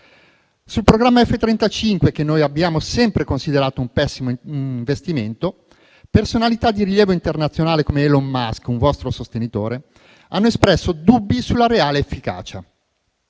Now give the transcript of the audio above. Sul programma F-35, che noi abbiamo sempre considerato un pessimo investimento, personalità di rilievo internazionale come Elon Musk, un vostro sostenitore, hanno espresso dubbi sulla reale efficacia.